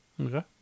Okay